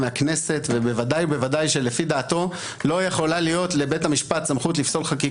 שם בוודאי שלא הייתה סמכות לבית המשפט.